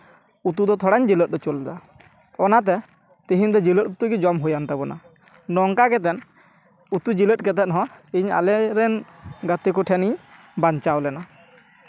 ᱩᱛᱩ ᱫᱚ ᱛᱷᱚᱲᱟᱧ ᱡᱤᱞᱟᱹᱛ ᱦᱚᱪᱚ ᱞᱮᱫᱟ ᱚᱱᱟᱛᱮ ᱛᱤᱦᱤᱧ ᱫᱚ ᱡᱤᱞᱟᱹᱛ ᱩᱛᱩᱜᱮ ᱡᱚᱢ ᱦᱩᱭᱮᱱ ᱛᱟᱵᱚᱱᱟ ᱱᱚᱝᱠᱟ ᱠᱟᱛᱮᱫ ᱩᱛᱩ ᱡᱤᱞᱟᱹᱛ ᱠᱟᱛᱮᱫ ᱦᱚᱸ ᱤᱧ ᱟᱞᱮᱨᱮᱱ ᱜᱟᱛᱮ ᱠᱚ ᱴᱷᱮᱱᱤᱧ ᱵᱟᱧᱪᱟᱣ ᱞᱮᱱᱟ